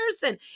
person